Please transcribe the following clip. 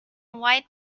white